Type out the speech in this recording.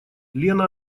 лена